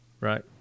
Right